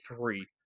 three